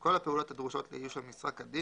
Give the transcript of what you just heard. כל הפעולות הדרושות לאיוש המשרה כדין